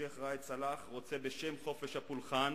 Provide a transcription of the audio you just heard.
השיח' ראאד סלאח רוצה בשם חופש הפולחן